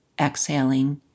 exhaling